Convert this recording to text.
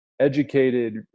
educated